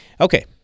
Okay